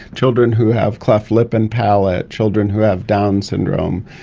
children who have cleft lip and palate, children who have downs syndrome,